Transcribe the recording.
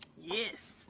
Yes